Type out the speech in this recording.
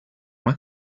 why